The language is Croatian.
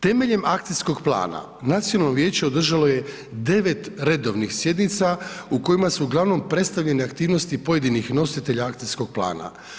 Temeljem akcijskog plana nacionalno vijeće održalo je 9 redovnih sjednica u kojima su uglavnom predstavljene aktivnosti pojedinih nositelja akcijskog plana.